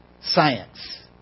science